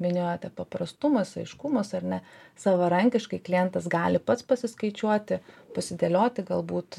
minėjote paprastumas aiškumas ar ne savarankiškai klientas gali pats pasiskaičiuoti pasidėlioti galbūt